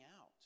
out